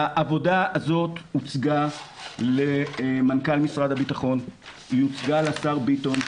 העבודה הזאת הוצגה למנכ"ל משרד הביטחון והיא הוצגה לשר ביטון,